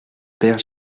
père